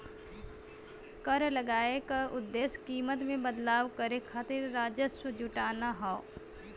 कर लगाये क उद्देश्य कीमत में बदलाव करे खातिर राजस्व जुटाना हौ